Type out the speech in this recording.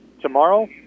tomorrow